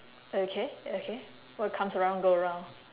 okay okay what comes around go around